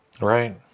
Right